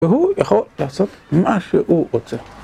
והוא יכול לעשות מה שהוא רוצה